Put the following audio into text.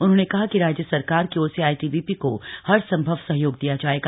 उन्होंने कहा कि राज्य सरकार की ओर से आईटीबीपी को हर संभव सहयोग दिया जायेगा